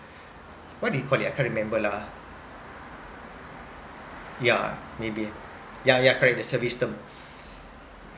what do you called it I can't remember lah yeah maybe yeah yeah correct the service term